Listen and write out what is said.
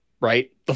right